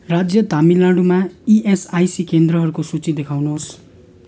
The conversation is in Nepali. राज्य तमिलनाडुमा इएसआइसी केन्द्रहरूको सूची देखाउनुहोस्